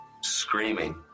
screaming